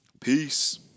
peace